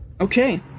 Okay